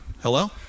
hello